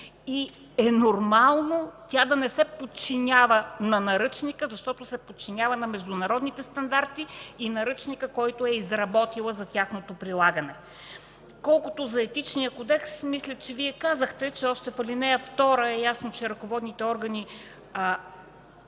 и е нормално тя да не се подчинява на Наръчника, защото се подчинява на международните стандарти и Наръчника, който е изработила за тяхното прилагане. Колкото за Етичния кодекс, мисля, че Вие казахте, че още в ал. 2 е ясно, че ръководните органи